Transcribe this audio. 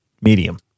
medium